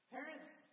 Parents